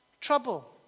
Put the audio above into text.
trouble